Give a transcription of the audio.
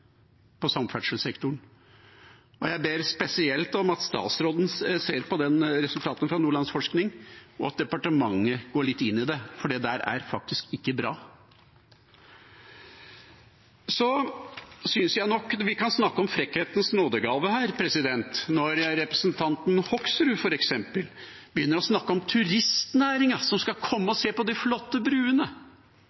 på forskningens uavhengighet innenfor samferdselssektoren. Jeg ber spesielt om at statsråden ser på de resultatene fra Nordlandsforskning, og at departementet går litt inn i det, for det der er faktisk ikke bra. Så synes jeg nok vi kan snakke om frekkhetens nådegave her, f.eks. når representanten Hoksrud begynner å snakke om turistnæringa som skal komme